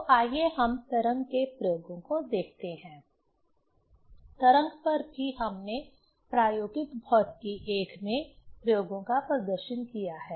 तो आइए हम तरंग के प्रयोगों को देखते हैं तरंग पर भी हमने प्रायोगिक भौतिकी I में प्रयोगों का प्रदर्शन किया है